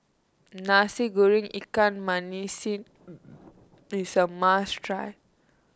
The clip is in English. Nasi Goreng Ikan Masin is a must try